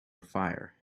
fire